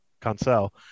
cancel